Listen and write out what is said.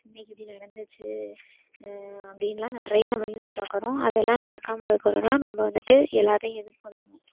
இன்றைக்கி இப்படி நடந்துச்சு அப்படின்லாம் நிறைய நம்ம நியூஸ் பார்க்கறோம் அதெல்லாம் நடக்காமல் இருக்கணுன்னால் நம்ம வந்துட்டு எல்லாத்தையும் எதிர்கொள்ளணும்